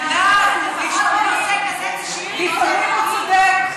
ענת, לפחות נושא כזה תשאירי, לפעמים הוא צודק.